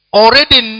already